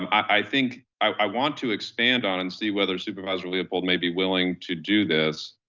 um i think i want to expand on and see whether supervisor leopold may be willing to do this.